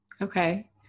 okay